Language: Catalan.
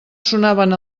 sonaven